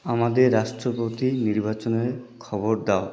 আমাদের রাষ্ট্রপতি নির্বাচনের খবর দাও